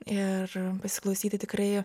ir pasiklausyti tikrai